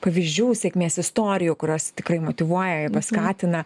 pavyzdžių sėkmės istorijų kurios tikrai motyvuoja paskatina